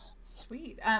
Sweet